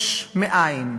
יש מאין,